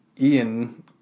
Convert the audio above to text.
Ian